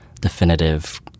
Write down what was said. definitive